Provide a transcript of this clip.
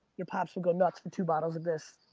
your pops would go nuts for two bottles of this,